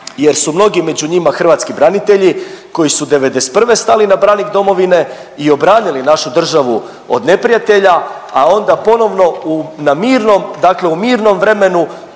jer su mnogi među njima hrvatski branitelji koji su '91. stali na branik domovine i obranili našu državu od neprijatelja, a onda ponovno u, na mirnom, dakle u